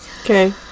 okay